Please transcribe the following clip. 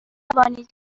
توانید